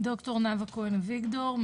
ד"ר נאוה כהן אביגדור,